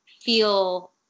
feel